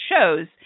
shows